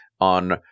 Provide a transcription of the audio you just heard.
on